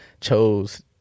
chose